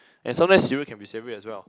and sometimes cereal can be savory as well